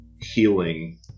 healing